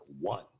one